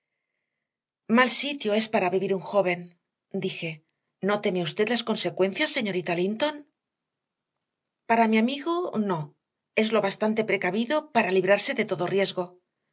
mal sitio es para vivir un joven dije no teme usted las consecuencias señora linton para mi amigo no es lo bastante precavido para librarse de todo riesgo